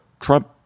Trump